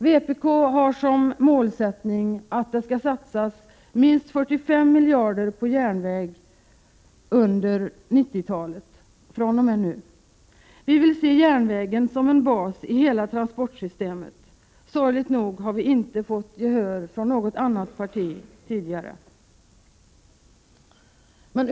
Vpk har som målsättning att det skall satsas minst 45 miljarder kronor på järnvägen under 1990-talet fr.o.m. nu. Vi vill se järnvägen som en bas i hela transportsystemet. Sorgligt nog har vi inte fått gehör från något annat parti tidigare.